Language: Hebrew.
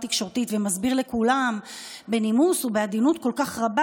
תקשורתית ומסביר לכולם בנימוס ובעדינות כל כך רבה,